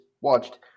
watched